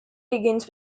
begins